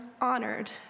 honored